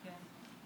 כן,